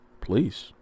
please